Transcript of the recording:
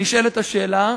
נשאלת השאלה,